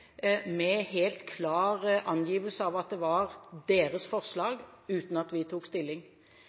med helt klar angivelse av at det var deres forslag, uten at vi tok stilling.